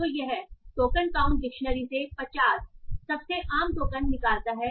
तो यह token count dictionary से 50 सबसे आम टोकन निकालता है